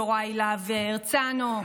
יוראי להב הרצנו,